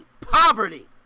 Poverty